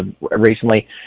recently